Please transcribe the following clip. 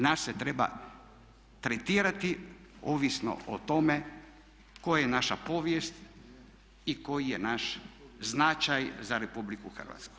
Nas se treba tretirati ovisno o tome koja je naša povijest i koji je naš značaj za RH.